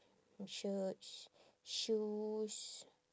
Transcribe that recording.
shirts shoes